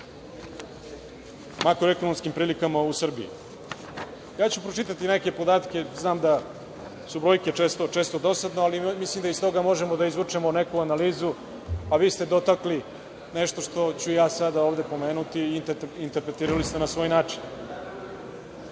makro-ekonomskim prilikama u Srbiji. Pročitaću neke podatke. Znam da su brojke često dosadne, ali mislim da iz toga možemo da izvučemo neku analizu, a vi ste dotakli nešto što ću ja sada ovde pomenuti i interpretirali ste na svoj način. Dakle,